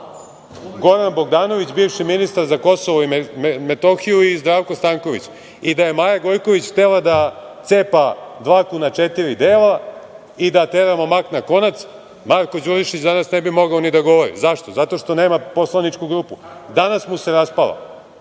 Goran Bogdanović, bivši ministar za Kosovo i Metohiju i Zdravko Stanković. Da je Maja Gojković htela da cepa dlaku na četiri dela i da teramo mak na konac, Marko Đurišić danas ne bi mogao ni da govori. Zašto? Zato što nema poslaničku grupu, danas mu se raspala. On